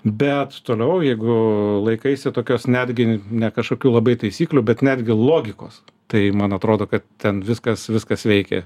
bet toliau jeigu laikaisi tokios netgi ne kažkokių labai taisyklių bet netgi logikos tai man atrodo kad ten viskas viskas veikia